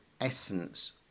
essence